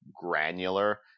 granular